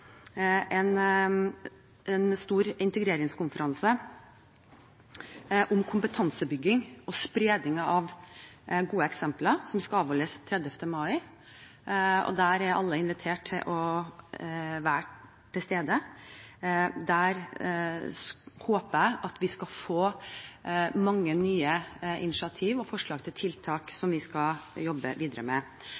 en stor integreringskonferanse om kompetansebygging og spredning av gode eksempler den 30. mai, og der er alle invitert til å være til stede. Jeg håper at vi skal få mange nye initiativ og forslag til tiltak